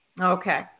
Okay